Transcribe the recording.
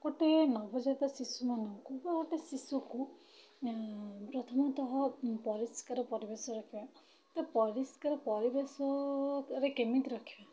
ଗୋଟେ ନବଜାତ ଶିଶୁମାନଙ୍କୁ ବା ଗୋଟିଏ ଶିଶୁକୁ ପ୍ରଥମତଃ ପରିଷ୍କାର ପରିବେଶ ରଖିବା ତ ପରିଷ୍କାର ପରିବେଶରେ କେମିତି ରଖିବା